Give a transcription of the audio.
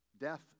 Death